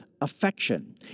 affection